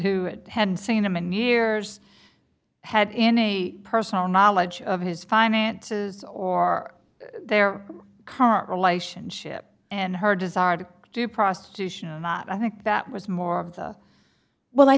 who had seen him in years had in personal knowledge of his finances or their current relationship and her desire to do prostitution or not i think that was more of the well i